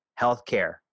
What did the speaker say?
healthcare